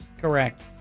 Correct